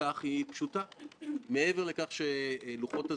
את הכלים האמיתיים כדי שנוכל לבסס פה גם